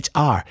HR